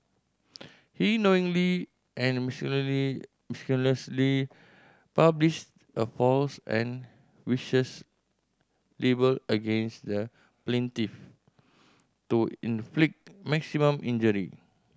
he knowingly and maliciously published a false and vicious libel against the plaintiff to inflict maximum injury